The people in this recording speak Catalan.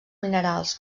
minerals